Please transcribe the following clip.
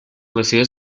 recibe